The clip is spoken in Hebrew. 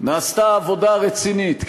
נעשתה עבודה רצינית,